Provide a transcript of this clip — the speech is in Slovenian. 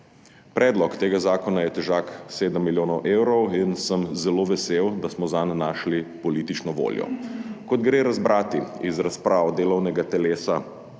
Predlog tega zakona je težak 7 milijonov evrov in sem zelo vesel, da smo zanj našli politično voljo. Kot gre razbrati iz razprav delovnega telesa